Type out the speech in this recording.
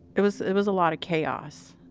it was it was a lot of chaos.